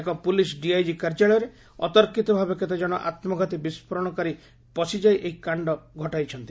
ଏକ police DIG କାର୍ଯ୍ୟାଳୟରେ ଅତର୍କିତ ଭାବେ କେତେଜଣ ଆତ୍କଘାତୀ ବିସ୍ଫୋରଣକାରୀ ପଶିଯାଇ ଏହି କାଣ୍ଡ ଘଟାଇଛନ୍ତି